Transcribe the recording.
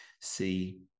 see